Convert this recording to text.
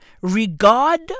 regard